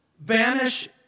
banish